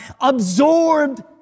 absorbed